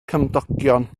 cymdogion